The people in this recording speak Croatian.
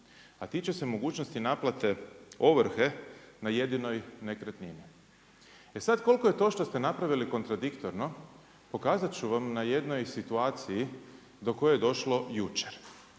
a tiče se mogućnosti naplate ovrhe na jedinoj nekretnine. E sad, koliko je to što ste napravili kontradiktorno, pokazat ću vam na jednoj situaciji do koje je došlo jučer.